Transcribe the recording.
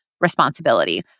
responsibility